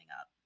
up